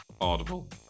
Audible